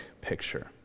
picture